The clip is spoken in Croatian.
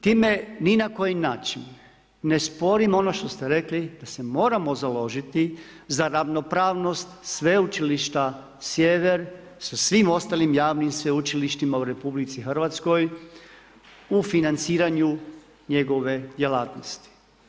Time ni na koji način ne sporim ono što se rekli da se moramo založiti za ravnopravnost sveučilišta Sjever sa svim ostalim javnim sveučilištima u RH u financiranju njegove djelatnosti.